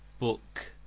book